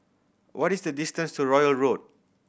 what is the distance to Royal Road